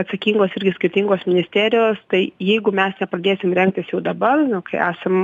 atsakingos irgi skirtingos ministerijos tai jeigu mes nepradėsim rengtis jau dabar kai esam